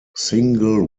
single